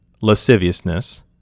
lasciviousness